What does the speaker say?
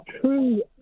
true